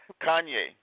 Kanye